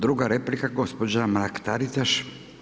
Druga replika gospođa Mrak-Taritaš.